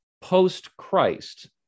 post-Christ